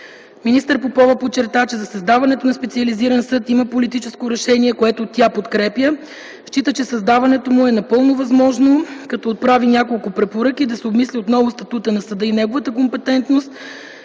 Министър Попова подчерта, че за създаването на специализиран съд има политическо решение, което тя подкрепя. Счита, че създаването му е напълно възможно, но отправи няколко препоръки: да се обмисли отново статутът на съда и неговата компетентност,